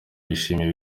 yishimiwe